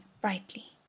brightly